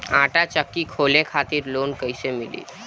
आटा चक्की खोले खातिर लोन कैसे मिली?